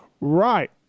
right